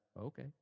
okay